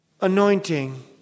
anointing